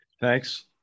Thanks